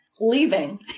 leaving